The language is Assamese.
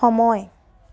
সময়